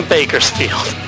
Bakersfield